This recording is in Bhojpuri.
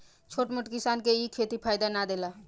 छोट मोट किसान के इ खेती फायदा ना देला